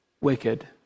wicked